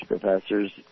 professors